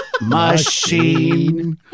machine